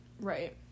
Right